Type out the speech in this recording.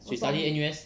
she study N_U_S